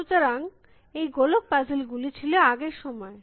সুতরাং refer time 4556 এ এই গোলকপাজেল গুলি ছিল আগের সমযে